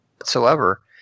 whatsoever